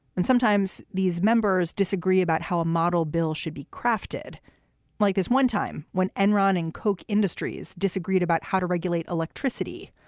and sometimes these members disagree about how a model bill should be crafted like this one time when enron and coke industries disagreed about how to regulate electricity.